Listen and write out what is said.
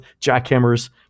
jackhammers